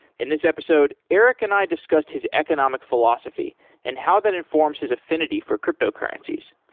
in this episode erik and i discussed his economic philosophy and how that informs his affinity for cryptocurrencies.